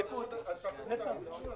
תבדקו אותי.